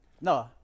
No